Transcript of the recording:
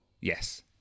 Yes